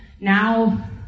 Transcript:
Now